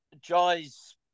Jai's